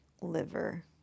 liver